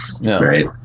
right